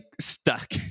stuck